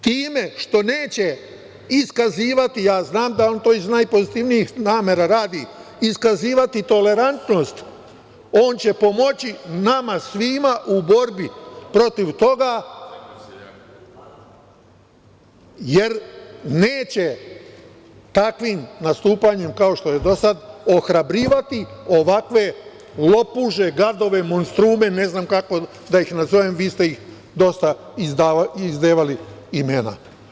Time što neće iskazivati, ja znam da on to iz najpozitivnijih namera radi, iskazivati tolerantnost, on će pomoći nama svima u borbi protiv toga, jer neće takvim nastupanjem kao što je do sada, ohrabrivati ovakve lopuže, gadove, monstrume, ne znam kako da ih nazovem, vi ste ih dosta izdevali imena.